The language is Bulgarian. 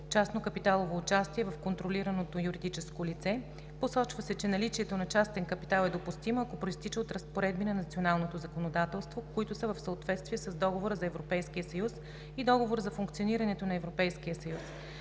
частно капиталово участие в контролираното юридическо лице. Посочва се, че наличието на частен капитал е допустимо, ако произтича от разпоредби на националното законодателство, които са в съответствие с Договора за Европейския съюз и Договора за функционирането на Европейския съюз.